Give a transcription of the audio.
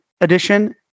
edition